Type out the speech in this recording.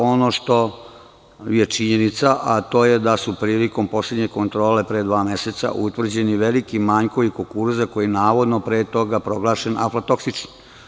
Ono što je činjenica, to je da su prilikom poslednje kontrole, pre dva meseca, utvrđeni veliki manjkovi kukuruza koji je, navodno, pre toga proglašen aflatoksičnim.